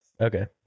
Okay